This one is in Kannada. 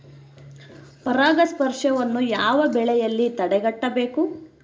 ಪರಾಗಸ್ಪರ್ಶವನ್ನು ಯಾವ ಬೆಳೆಗಳಲ್ಲಿ ತಡೆಗಟ್ಟಬೇಕು?